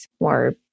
more